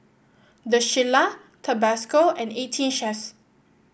The Shilla Tabasco and Eighteen Chef